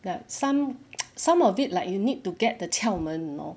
but some some of it like you need to get the 巧门 you know